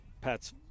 Pat's